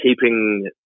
keeping